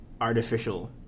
artificial